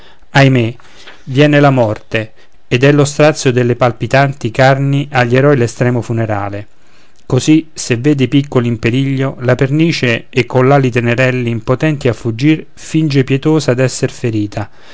ahimè viene la morte ed è lo strazio delle palpitanti carni agli eroi l'estremo funerale così se vede i piccoli in periglio la pernice e coll'ali tenerelle impotenti a fuggir finge pietosa d'esser ferita